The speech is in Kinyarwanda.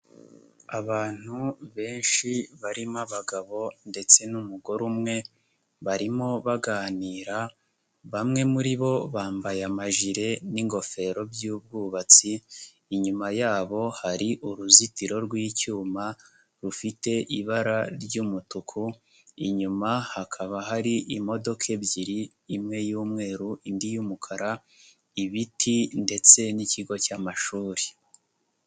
Abantu benshi barimo abagabo ndetse n'umugore umwe barimo baganira, bamwe muri bo bambaye amajire n'ingofero by'ubwubatsi, inyuma yabo hari uruzitiro rw'icyuma rufite ibara ry'umutuku, inyuma hakaba hari imodoka ebyiri imwe yumweru indi y'umukara, ibiti ndetse n'ikigo cy'amashuri.